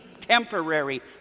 temporary